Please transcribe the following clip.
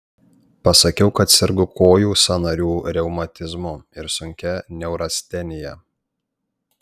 pasakiau kad sergu kojų sąnarių reumatizmu ir sunkia neurastenija